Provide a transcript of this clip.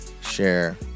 share